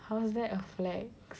how is that a flag